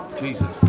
jesus.